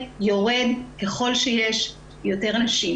יורד ככל שיש יותר נשים.